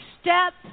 step